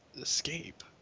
escape